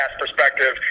perspective